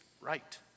right